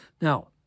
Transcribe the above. now